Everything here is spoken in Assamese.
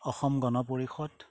অসম গণ পৰিষদ